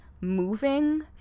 moving